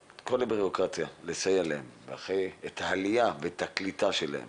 את כל הבירוקרטיה, לסייע להם בעלייה ובקליטה שלהם